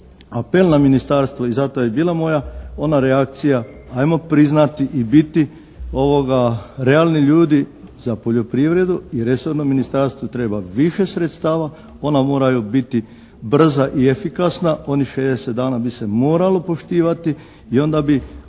apel na ministarstvo i zato je bila ona moja ona reakcija, ajmo priznati i biti realni ljudi za poljoprivredu i resornom ministarstvu treba više sredstava, ona moraju biti brza i efikasna, onih 60 dana bi se moralo poštivati i onda bi